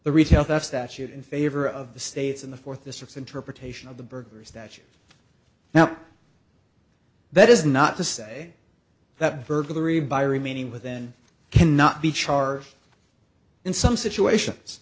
the retail theft statute in favor of the states in the fourth district interpretation of the burgers that you now that is not to say that burglary by remaining with then cannot be char in some situations